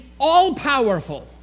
all-powerful